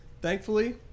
thankfully